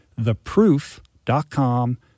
theproof.com